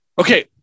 okay